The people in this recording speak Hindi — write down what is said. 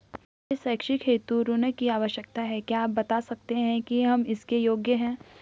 मुझे शैक्षिक हेतु ऋण की आवश्यकता है क्या आप बताना सकते हैं कि हम इसके योग्य हैं?